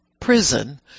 prison